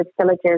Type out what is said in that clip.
villages